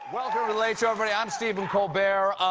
welcome to the late show, everybody. i'm stephen colbert.